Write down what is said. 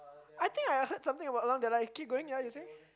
I think I heard something about along keep going ya you saying